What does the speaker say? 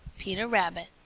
peter rabbit.